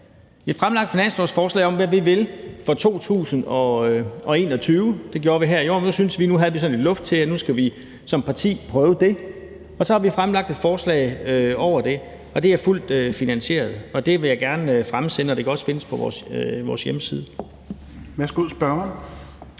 finanslovsforslag for 2021 om, hvad vi vil. Det gjorde vi her i år, for nu syntes vi, at vi havde sådan lidt luft til, at vi som parti skulle prøve det, og så har vi altså fremlagt et forslag for det, og det er fuldt finansieret. Det vil jeg gerne fremsende, og det kan også findes på vores hjemmeside.